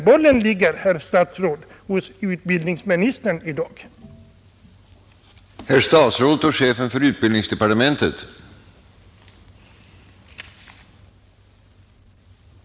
Bollen ligger i dag hos utbildningsministern i den frågan.